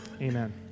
Amen